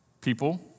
people